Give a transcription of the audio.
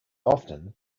often